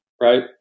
right